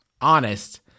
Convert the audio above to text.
honest